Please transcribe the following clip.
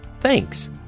Thanks